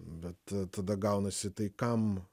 bet tada gaunasi tai kam